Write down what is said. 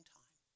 time